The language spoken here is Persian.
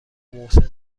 محسن